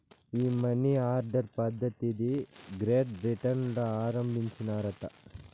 ఈ money order పద్ధతిది Great Britain ల ఆరంబించినారట